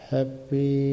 Happy